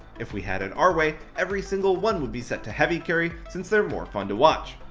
if we had it our way, every single one would be set to heavy carry, since they're more fun to watch.